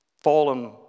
fallen